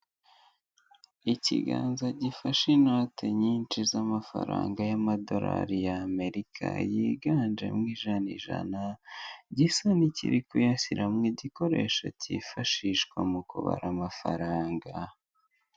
Ikiganza gifashe inote nyinshi z'amafaranga y'amadolari ya amerika yiganjemo ijana ijana gisa n'ikiri kuyashyiramo igikoresho cyifashishwa mu kubara amafaranga.